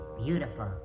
beautiful